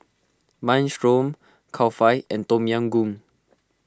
Minestrone Kulfi and Tom Yam Goong